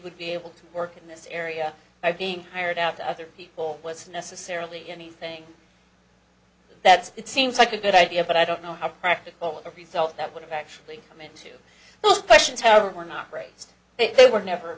would be able to work in this area are being hired out to other people was necessarily anything that's it seems like a good idea but i don't know how practical result that would have actually meant to both questions however were not raised they were never